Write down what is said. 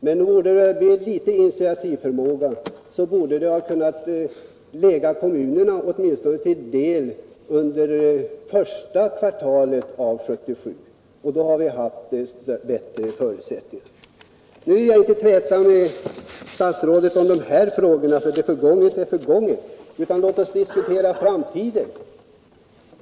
Med en något större initiativförmåga från socialdepartementets sida borde kommunerna ha kunnat få del av det hela åtminstone under första kvartalet 1977 — det hade givit dem bättre förutsättningar att handlägga ärendet. Nu vill jag emellertid inte träta med statsrådet om dessa frågor, för det förgångna är förgånget. Låt oss i stället diskutera vad som skall ske i framtiden!